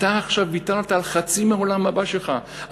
אתה עכשיו ויתרת על חצי מהעולם הבא שלך,